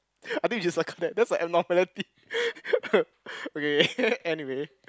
I think you just like that that's a abnormality okay anyway